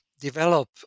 develop